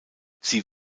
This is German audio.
sie